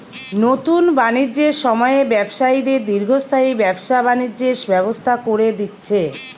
নুতন বাণিজ্যের সময়ে ব্যবসায়ীদের দীর্ঘস্থায়ী ব্যবসা বাণিজ্যের ব্যবস্থা কোরে দিচ্ছে